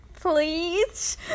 please